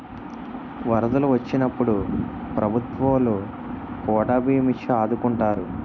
వరదలు వొచ్చినప్పుడు ప్రభుత్వవోలు కోటా బియ్యం ఇచ్చి ఆదుకుంటారు